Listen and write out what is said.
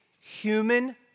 human